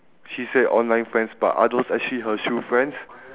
she said online friends but are those actually her true friends